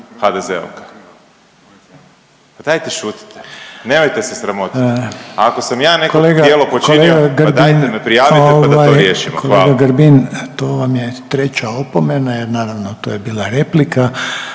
HDZ-u. Pa dajte šutite, nemojte se sramotiti. A ako sam ja neko djelo počinio pa dajte me prijavite pa da to riješimo. Hvala. **Reiner, Željko (HDZ)** Kolega, kolega Grbin ovaj to vam je treća opomena jer naravno to je bila replika